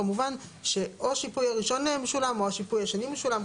כמובן או שהשיפוי הראשון משולם או השיפוי השני משולם,